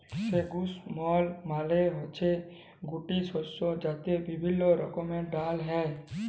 legumes মালে হচ্যে গুটি শস্য যাতে বিভিল্য রকমের ডাল হ্যয়